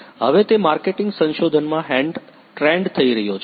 હવે તે માર્કેટિંગ સંશોધનમાં ટ્રેન્ડ થઈ રહ્યો છે